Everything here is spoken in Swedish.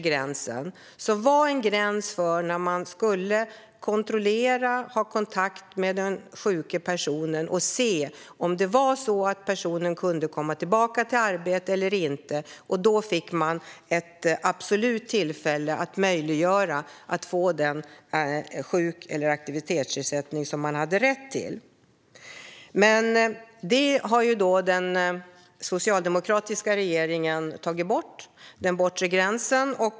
Det var en gräns för när man skulle kontrollera och ha kontakt med den sjuka personen för att se om personen kunde komma tillbaka i arbete eller inte. Då fick man ett absolut tillfälle att möjliggöra att personen fick den sjukersättning eller aktivitetsersättning som den hade rätt till. Men den socialdemokratiska regeringen har tagit bort den bortre gränsen.